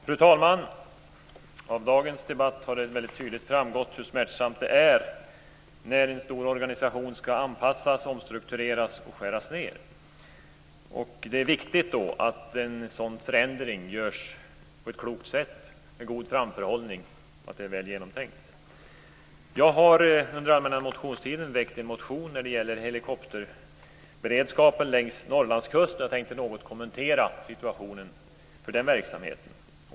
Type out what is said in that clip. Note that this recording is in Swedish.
Fru talman! Av dagens debatt har det väldigt tydligt framgått hur smärtsamt det är när en stor organisation skall anpassas, omstruktureras och skäras ned. Det är viktigt att en sådan förändring görs på ett klokt sätt med god framförhållning och att den är väl genomtänkt. Jag har under allmänna motionstiden väckt en motion när det gäller helikopterberedskapen längs Norrlandskusten. Jag tänkte något kommentera situationen för den verksamheten.